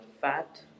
fat